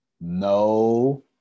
No